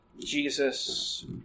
Jesus